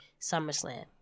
SummerSlam